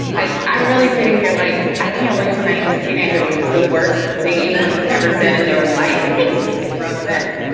i i'm really sitting here like i can't wait tonight tonight as a teenager, which is the worst thing anyone has ever said in their life. it makes zero sense.